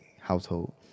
household